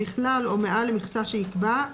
בכלל או מעל למכסה שיקבע,